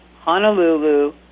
Honolulu